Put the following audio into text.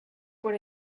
por